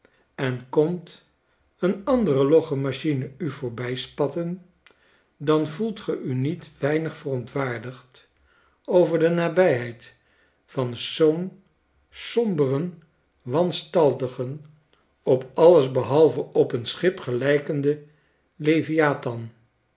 en komt een andere logge machine u voorbijspatten dan voelt ge u niet weinig verontwaardigd over de nabijheid van zoo'n somberen wanstaltigen op alles behalve op een schip gelijkenden leviathan